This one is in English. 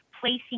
placing